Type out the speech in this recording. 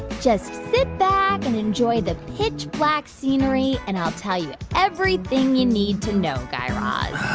just sit back and enjoy the pitch black scenery and i'll tell you everything you need to know, guy raz.